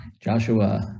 Joshua